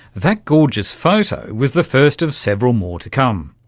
that gorgeous photo was the first of several more to come.